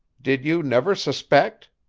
did you never suspect?